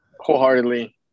wholeheartedly